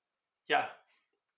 ya